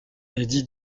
est